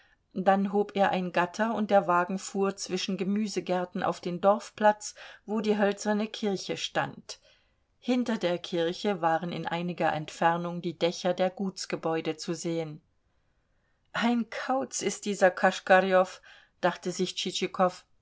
dann hob er ein gatter und der wagen fuhr zwischen gemüsegärten auf den dorfplatz wo die hölzerne kirche stand hinter der kirche waren in einiger entfernung die dächer der gutsgebäude zu sehen ein kauz ist dieser koschkarjow dachte sich